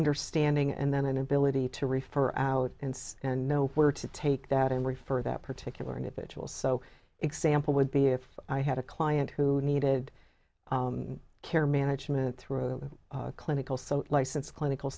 understanding and then an ability to refer out and know where to take that and refer that particular individual so example would be if i had a client who needed care management through a clinical so licensed clinical